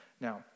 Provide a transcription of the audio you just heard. Now